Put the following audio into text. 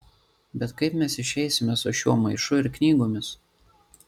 bet kaip mes išeisime su šiuo maišu ir knygomis